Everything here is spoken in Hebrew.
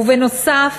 ובנוסף